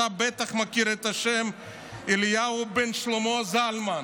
אתה בטח מכיר את השם אליהו בן שלמה זלמן.